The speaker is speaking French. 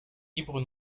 libres